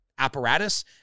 apparatus